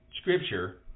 Scripture